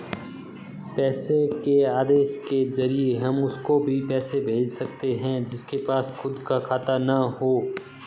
पैसे के आदेश के जरिए हम उसको भी पैसे भेज सकते है जिसके पास खुद का खाता ना हो